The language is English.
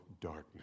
darkness